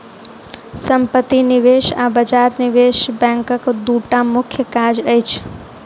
सम्पत्ति निवेश आ बजार निवेश बैंकक दूटा मुख्य काज अछि